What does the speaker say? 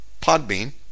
Podbean